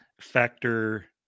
factor